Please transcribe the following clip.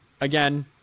again